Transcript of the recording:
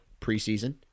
preseason